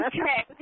Okay